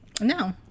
no